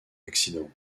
accident